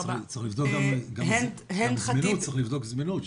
צריך לבדוק גם זמינות, צריך לבדוק זמינות.